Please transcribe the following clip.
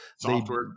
software